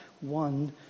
one